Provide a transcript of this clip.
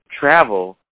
travel